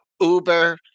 Uber